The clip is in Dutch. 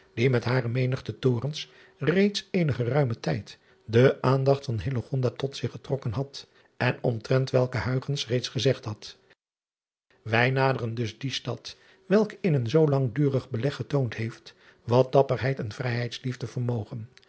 die met hare menigte torens reeds eenen geruimen tijd de aandacht van tot zich getrokken had en omtrent welke reeds gezegd had ij naderen dus die stad welke in een zoo langdurig beleg getoond heeft wat dapperheid en vrijheidsliefde vermogen